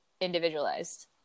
individualized